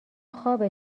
خوابه